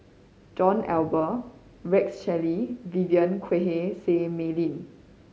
John Eber Rex Shelley Vivien Quahe Seah Mei Lin